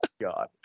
God